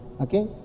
okay